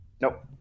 Nope